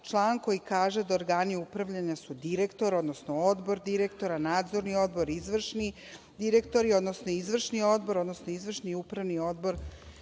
član, koji kaže da organi upravljanja su direktori, odnosno odbor direktora, nadzorni odbor, izvršni direktori, odnosno izvršni odbor, odnosno izvršni i upravni odbor